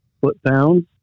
foot-pounds